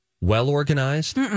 well-organized